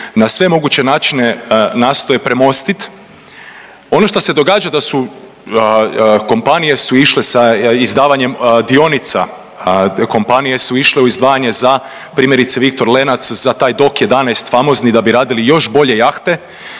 na sve moguće načine nastoje premostiti. Ono što se događa da su kompanije išle sa izdavanjem dionica, kompanije su išle u izdvajanje za primjerice Viktor Lenac za taj dok 11 famozni da bi radili još bolje jahte,